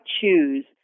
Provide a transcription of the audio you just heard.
choose